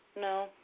No